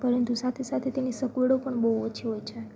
પરંતુ સાથે સાથે તેની સગવડો પણ બહુ ઓછી હોય છે